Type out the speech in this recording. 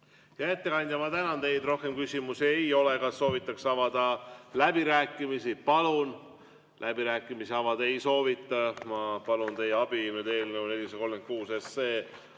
Hea ettekandja, ma tänan teid! Rohkem küsimusi ei ole. Kas soovitakse avada läbirääkimised? Palun! Läbirääkimisi avada ei soovita. Ma palun teie abi eelnõu 436